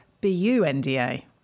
B-U-N-D-A